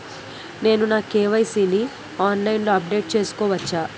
నేను నా కే.వై.సీ ని ఆన్లైన్ లో అప్డేట్ చేసుకోవచ్చా?